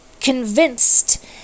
convinced